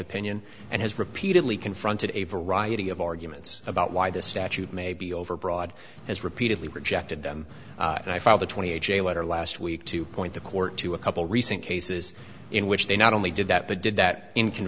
opinion and has repeatedly confronted a variety of arguments about why this statute may be overbroad has repeatedly rejected them and i filed a twenty a j letter last week to point the court to a couple recent cases in which they not only did that the did that in